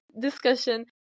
discussion